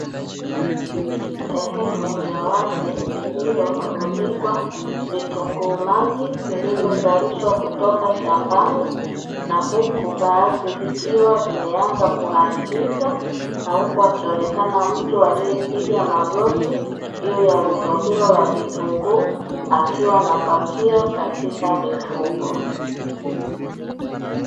Sehemu ya wazi iliyorundikwa vitunguu maji, vilivyozalishwa kutoka shambani, na huku baadhi vikiwa vimeanza kuharibika na huku akionekana mtu amepiga magoti juu ya rundo hilo la vitunguu akiwa anapakia katika mifuko.